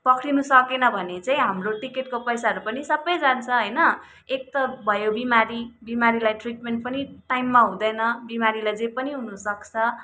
पक्रिनु सकेन भने चाहिँ हाम्रो टिकटको पैसाहरू पनि सबै जान्छ होइन एक त भयो बिमारी बिमारीलाई ट्रिटमेन्ट पनि टाइममा हुँदैन बिमारीलाई जे पनि हुनु सक्छ